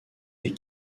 des